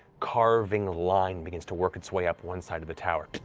carving line begins to work its way up one side of the tower.